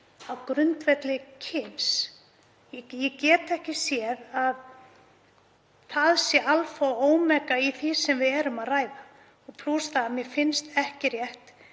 á grundvelli kyns. Ég get ekki séð að það sé alfa og omega í því sem við erum að ræða, plús það að mér finnst ekki rétt